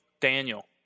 Daniel